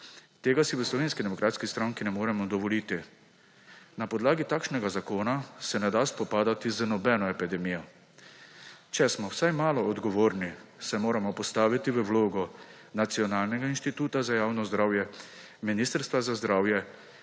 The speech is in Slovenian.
Tega si v Slovenski demokratski stranki ne moremo dovoliti. Na podlagi takšnega zakona se ne da spopadati z nobeno epidemijo. Če smo vsaj malo odgovorni, se moramo postaviti v vlogo Nacionalnega inštituta za javno zdravje, Ministrstva za zdravje